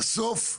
בסוף,